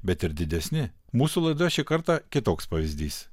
bet ir didesni mūsų laidoje šį kartą kitoks pavyzdys